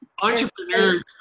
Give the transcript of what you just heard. Entrepreneurs